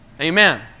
Amen